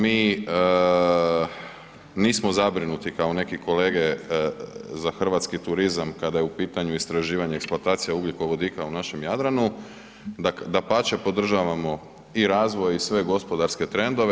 Mi nismo zabrinuti kao neki kolege za hrvatski turizam kada je u pitanju istraživanje i eksploatacija ugljikovodika u našem Jadranu, dapače, podržavamo i razvoj i sve gospodarske trendove.